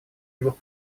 двух